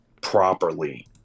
properly